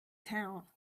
town